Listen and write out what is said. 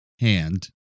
hand